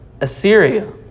Assyria